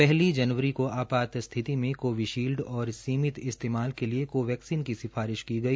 पहली जनवरी को आपात्त स्थिति में कोविशील्ड और सीमित इस्तेमाल के लिए को वैक्सीन की सिफारिश की गई